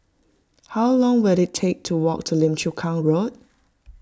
how long will it take to walk to Lim Chu Kang Road